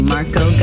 Marco